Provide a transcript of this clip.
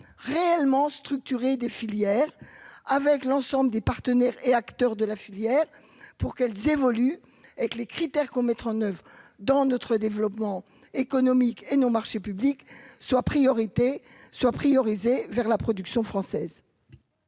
réellement structuré des filières avec l'ensemble des partenaires et acteurs de la filière pour qu'elles évoluent avec les critères qu'on mettra en oeuvre dans notre développement économique et nos marchés publics soient priorité soit prioriser vers la production française.